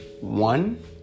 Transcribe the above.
one